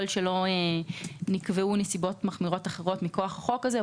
שלא נקבעו נסיבות מחמירות אחרות מכוח החוק הזה.